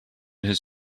his